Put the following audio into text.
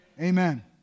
Amen